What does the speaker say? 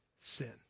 sin